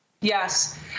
Yes